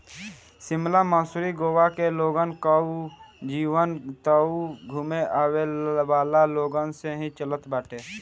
शिमला, मसूरी, गोवा के लोगन कअ जीवन तअ घूमे आवेवाला लोगन से ही चलत बाटे